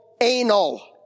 anal